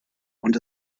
und